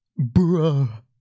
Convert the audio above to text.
BRUH